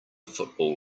football